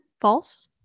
false